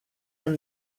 from